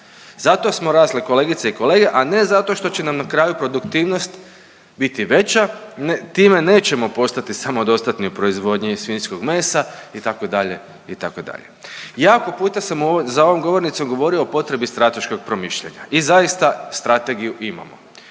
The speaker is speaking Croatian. Zato smo rasli kolegice i kolege, a ne zato što će nam na kraju produktivnost biti veća. Time nećemo postati samodostatni u proizvodnji svinjskog mesa itd. itd. Jako puta sam za ovom govornicom govorio o potrebi strateškog promišljanja i zaista strategiju imamo.